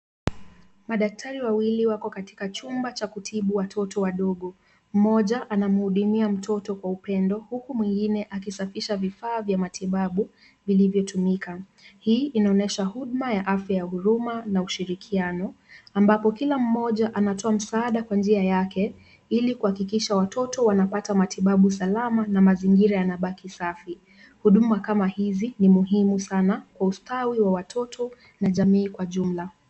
Madaktari wawili wako katika chumba cha kutibu watoto wadogo. Mmoja ana mhudumia mtoto kwa upendo, huku mwingine akisafisha vifaa vya matibabu vilivyotumika. Hii inaonyesha huduma ya afya ya huruma na ushirikiano, ambapo kila mmoja anatoa msaada kwa njia yake, ili kuhakikisha watoto wanapata matibabu salama na mazingira yanabaki safi. Huduma kama hizi ni muhimu sana kwa ustawi wa watoto na jamii kwa jumla.